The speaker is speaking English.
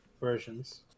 versions